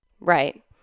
Right